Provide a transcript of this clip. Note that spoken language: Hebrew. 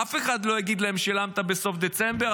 אף אחד לא יגיד להם: שילמת בסוף דצמבר,